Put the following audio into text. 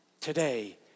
today